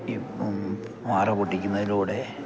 ഇപ്പം പാറ പൊട്ടിക്കുന്നതിലൂടെ